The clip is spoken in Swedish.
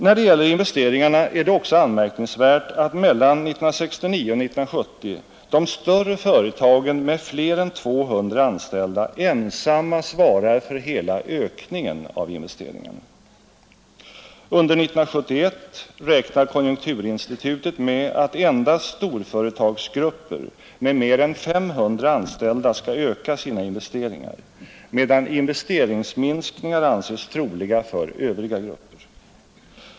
När det gäller investeringarna är det också anmärkningsvärt att mellan 1969 och 1970 de större företagen, med fler än 200 anställda, ensamma svarar för hela ökningen av investeringarna. Under 1971 räknar konjunkturinstitutet med att endast storföretagsgrupper med mer än 500 anställda skall öka sina investeringar, medan investeringsminskningar anses troliga för övriga grupper.